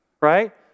right